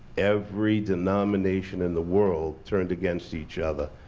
every denomination in the world turned against each other,